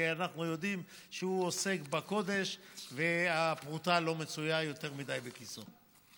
כי אנחנו יודעים שהוא עוסק בקודש והפרוטה לא מצויה יותר מדי בכיסו.